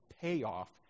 payoff